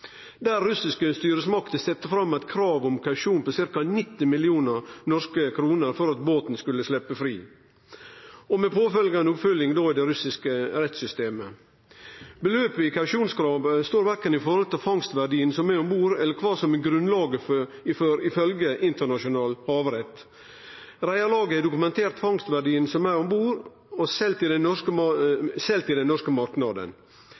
der russiske styresmakter sette fram eit krav om kausjon på ca. 90 mill. kr for at båten skulle sleppe fri, med påfølgjande oppfølging i det russiske rettssystemet. Beløpet i kausjonskravet står verken i forhold til fangstverdien som er om bord, eller til kva som er grunnlaget ifølgje internasjonal havrett. Reiarlaget har dokumentert fangstverdien som er om bord, selt i den norske marknaden.